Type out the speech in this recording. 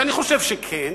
ואני חושב שכן,